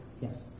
Yes